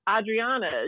Adriana